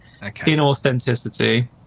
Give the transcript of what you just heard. inauthenticity